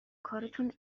کارتون